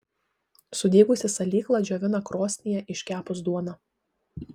sudygusį salyklą džiovina krosnyje iškepus duoną